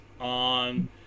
on